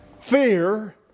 fear